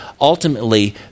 ultimately